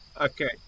Okay